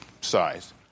size